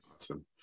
Awesome